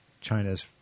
China's